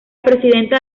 presidenta